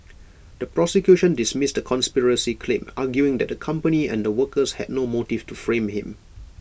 the prosecution dismissed the conspiracy claim arguing that the company and the workers had no motive to frame him